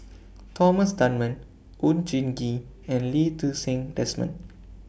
Thomas Dunman Oon Jin Gee and Lee Ti Seng Desmond